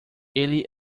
ele